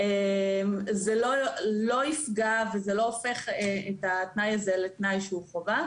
זה לא יפגע ולא הופך את התנאי הזה לתנאי שהוא חובה.